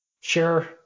sure